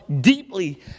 deeply